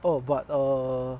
oh but err